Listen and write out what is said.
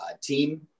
team